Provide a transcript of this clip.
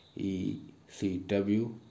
ECW